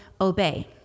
obey